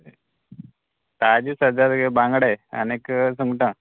ताजे सद्या तुगे बांगडे आनीक सुंगटां